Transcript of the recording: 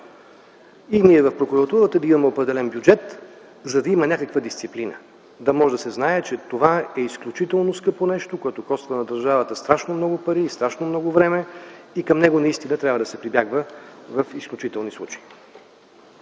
ние, прокуратурата, да имаме определен бюджет, за да може да се знае, че това е изключително скъпо нещо, което коства на държавата страшно много пари, страшно много време и към него трябва да се прибягва в изключителни случаи.